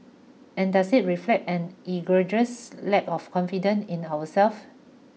and does it reflect an egregious lack of confidence in ourselves